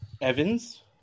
Evans